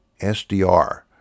SDR